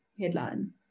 headline